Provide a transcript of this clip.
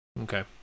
Okay